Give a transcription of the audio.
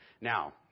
Now